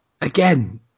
again